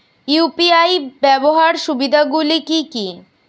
UPI ব্যাবহার সুবিধাগুলি কি কি?